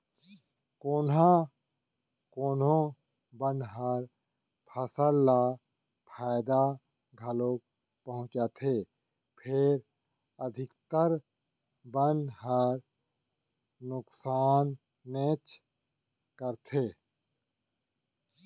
कोना कोनो बन ह फसल ल फायदा घलौ पहुँचाथे फेर अधिकतर बन ह नुकसानेच करथे